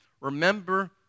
Remember